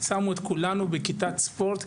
שמו את כולנו בכיתת ספורט,